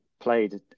played